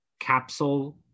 capsule